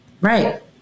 Right